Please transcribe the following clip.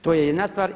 To je jedna stvar.